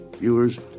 viewers